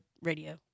radio